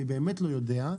אני באמת לא יודע,